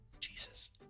jesus